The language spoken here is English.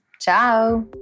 Ciao